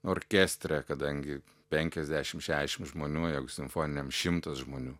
orkestre kadangi penkiasdešim šedešim žmonių jeigu simfoniniam šimtas žmonių